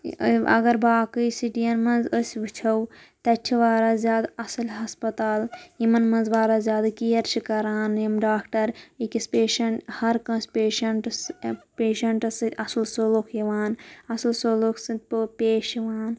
اَگَر باقٕے سِٹی یَن مَنٛز أسی وُچھو تَتہِ چھِ واراہ زیادٕ اَصٕل ہَسپَتال یِمَن مَنٛز واراہ زِیادٕ کِیر چھِ کَران یِم ڈاکٹَر أکِس پیشنٛٹ ہَر کٲنٛسہِ پیشنٛٹس پیشنٛٹس سۭتۍ اَصٕل سَلوٗک یِوان اَصٕل سَلوٗک سٕتۍ پیش یِوان